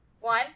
One